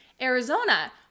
Arizona